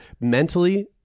Mentally